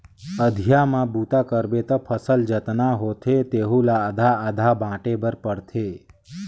अधिया म बूता करबे त फसल जतना होथे तेहू ला आधा आधा बांटे बर पड़थे